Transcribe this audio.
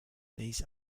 these